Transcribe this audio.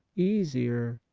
easier,